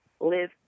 Live